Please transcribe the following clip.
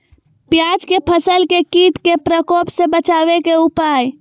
प्याज के फसल के कीट के प्रकोप से बचावे के उपाय?